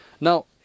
Now